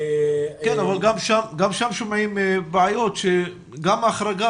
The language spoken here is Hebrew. כן אבל גם שם שומעים על בעיות שגם ההחרגה